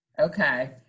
Okay